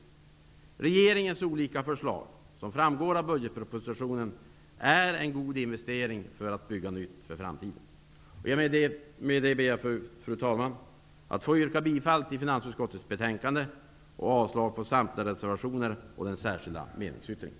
Regeringens olika förslag, som framgår av budgetpropositionen, är en god investering för att bygga nytt för framtiden. Med detta ber jag, fru talman, att få yrka bifall till finansutskottets betänkande samt avslag på samtliga reservationer och den särskilda meningsyttringen.